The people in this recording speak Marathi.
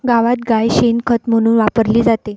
गावात गाय शेण खत म्हणून वापरली जाते